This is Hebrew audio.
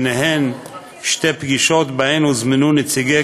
ובהן שתי פגישות שאליהן הוזמנו נציגי